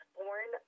born